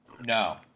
no